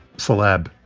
celeb,